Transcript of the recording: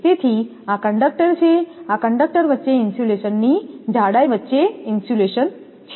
તેથી આ કંડક્ટર છે આ કંડક્ટર વચ્ચે ઇન્સ્યુલેશનની જાડાઈ વચ્ચે ઇન્સ્યુલેશન છે